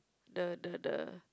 the the the